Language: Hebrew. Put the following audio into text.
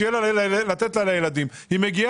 כדי שיהיה לה לתת לילדים והיא מגיעה,